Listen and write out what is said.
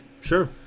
Sure